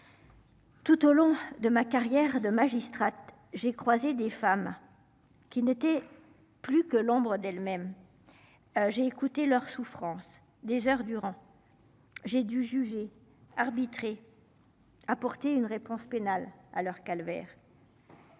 Tout au long de ma carrière de magistrate, j'ai croisé des femmes. Qui n'était plus que l'ombre d'elle-même. J'ai écouté leurs souffrances des heures durant. J'ai dû juger arbitré. Apporter une réponse pénale à leur calvaire.